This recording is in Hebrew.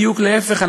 בדיוק להפך.